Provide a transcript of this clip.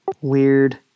Weird